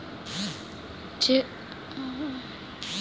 যে কোনো ফসল চাষের আগে মাটিকে ঠিক ভাবে তৈরি করতে হয়